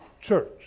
church